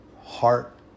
heart